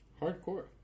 hardcore